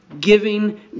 giving